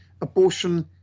abortion